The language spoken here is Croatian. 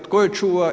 Tko je čuva?